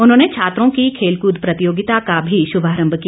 उन्होंने छात्रों की खेलकृद प्रतियोगिता का भी शुभारम्भ किया